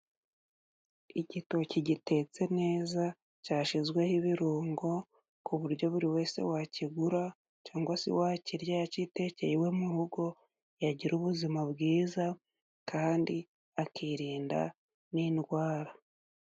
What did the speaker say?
Igitoki gitetse neza, cyashizweho ibirungo, ku buryo buri wese wakigura cyangwa se wakirya yakitekeye iwe mu rugo, yagira ubuzima bwiza kandi akirinda ndwara.